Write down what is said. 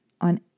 on